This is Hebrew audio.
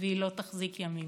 אלה לא מחשבות ולא דמיונות.